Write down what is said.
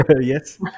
Yes